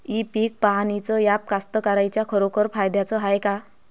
इ पीक पहानीचं ॲप कास्तकाराइच्या खरोखर फायद्याचं हाये का?